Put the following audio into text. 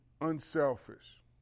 unselfish